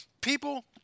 people